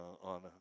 On